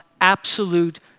absolute